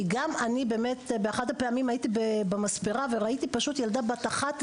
כי גם אני באמת באחת הפעמים הייתי במספרה וראיתי פשוט ילדה בת 11